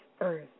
earth